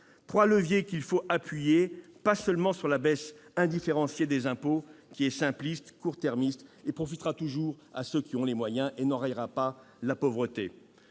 trois leviers qu'il faut appuyer, sans se limiter à la baisse indifférenciée des impôts, qui exprime une vision simpliste, de court terme. Elle profitera toujours à ceux qui ont les moyens et n'enrayera pas la pauvreté